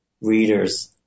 readers